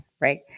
right